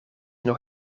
nog